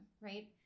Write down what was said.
right